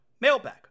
Mailbag